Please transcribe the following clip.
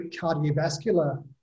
cardiovascular